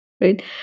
right